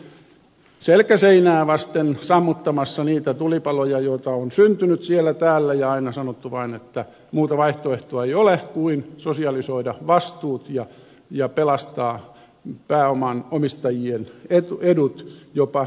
nyt on oltu selkä seinää vasten sammuttamassa niitä tulipaloja joita on syntynyt siellä täällä ja aina sanottu vain että muuta vaihtoehtoa ei ole kuin sosialisoida vastuut ja pelastaa pääoman omistajien edut jopa ylisuuret korot